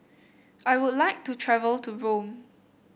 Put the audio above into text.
I would like to travel to Rome